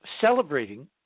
Celebrating